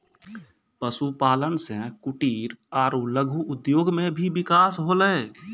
पशुपालन से कुटिर आरु लघु उद्योग मे भी बिकास होलै